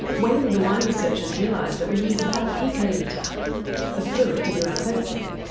when the wine researchers realised that we use about a picolitre of fluid to do our sensing,